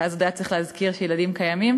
כי אז עוד היה צריך להזכיר שילדים קיימים.